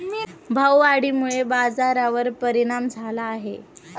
भाववाढीमुळे बाजारावर परिणाम झाला आहे